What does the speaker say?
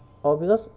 oh because